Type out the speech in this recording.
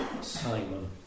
Simon